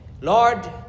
Lord